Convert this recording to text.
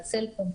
על סלקום,